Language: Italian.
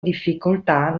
difficoltà